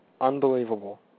Unbelievable